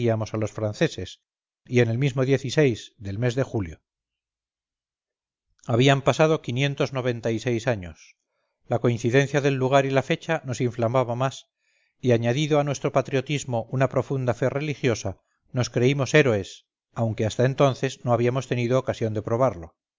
perseguíamos a los franceses y en el mismo del mes de julio habían pasado quinientos noventa y seis años la coincidencia del lugar y la fecha nos inflamaba más y añadido a nuestro patriotismo una profunda fe religiosa nos creímos héroes aunque hasta entonces no habíamos tenido ocasión de probarlo